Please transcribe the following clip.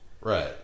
Right